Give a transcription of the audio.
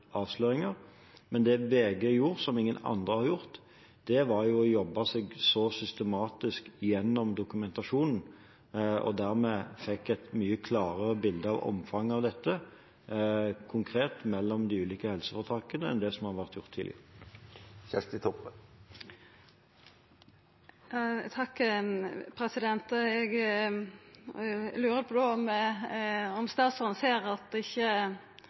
gjorde, som ingen andre har gjort, var å jobbe seg systematisk gjennom dokumentasjonen. Dermed fikk man et mye klarere bilde av omfanget av bruk av tvang, konkret, i de ulike helseforetakene enn det man har hatt tidligere. Eg lurer då på om statsråden ikkje ser at departementet sjølv burde ha gjort nettopp det, hatt ein systematisk gjennomgang av det ein såg. Vil statsråden